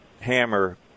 Hammer